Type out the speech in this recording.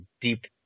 deep